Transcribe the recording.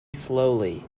slowly